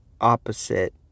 opposite